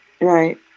Right